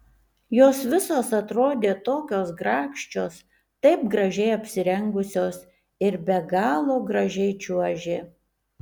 jos visos atrodė tokios grakščios taip gražiai apsirengusios ir be galo gražiai čiuožė